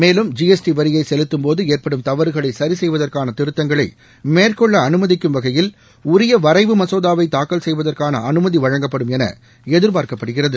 மேலும் ஜிஎஸ்டி வரியை செலுத்தும்போது ஏற்படும் தவறுகளை சரிசெய்வதற்கான திருத்தங்களை மேற்கொள்ள அனுமதிக்கும் வகையில் உரிய வரைவு மசோதாவை தாக்கல் செய்வதற்கான அனுமதி வழங்கப்படும் என எதிர்பார்க்கப்படுகிறது